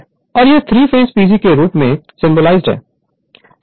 Refer Slide Time 0403 और यह three phase PG के रूप में सिंबलाइज है